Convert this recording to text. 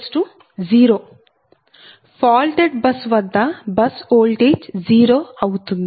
0 faulted bus వద్ద bus voltage 0 అవుతుంది